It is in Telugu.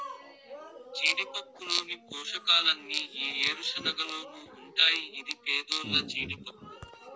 జీడిపప్పులోని పోషకాలన్నీ ఈ ఏరుశనగలోనూ ఉంటాయి ఇది పేదోల్ల జీడిపప్పు